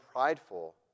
prideful